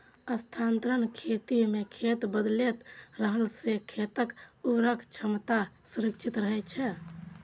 स्थानांतरण खेती मे खेत बदलैत रहला सं खेतक उर्वरक क्षमता संरक्षित रहै छै